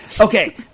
Okay